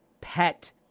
pet